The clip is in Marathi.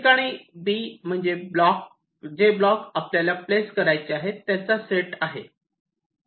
याठिकाणी B म्हणजे जे ब्लॉक्स आपल्याला प्लेस करायचे आहेत त्यांचा सेट आहे